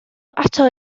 ato